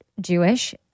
Jewish